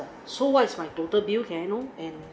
so what is my total bill can I know and